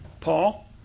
Paul